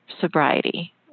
sobriety